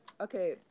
Okay